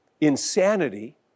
insanity